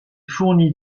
fournit